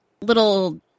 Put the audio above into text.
little